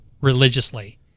religiously